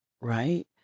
right